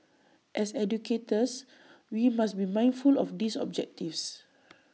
as educators we must be mindful of these objectives